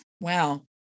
Wow